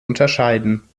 unterscheiden